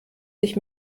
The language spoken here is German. sich